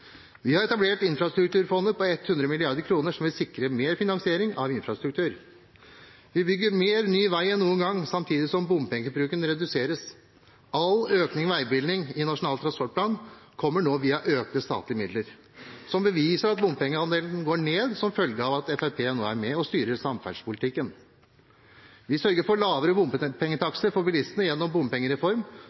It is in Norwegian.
Vi har etablert Infrastrukturfondet, på 100 mrd. kr, som vil sikre mer finansiering av infrastruktur. Vi bygger mer ny vei enn noen gang, samtidig som bompengebruken reduseres. All økning i veibevilgninger i Nasjonal transportplan kommer nå via økte statlige midler, som beviser at bompengeandelen går ned, som følge av at Fremskrittspartiet nå er med og styrer samferdselspolitikken. Vi sørger for lavere bompengetakster for bilistene gjennom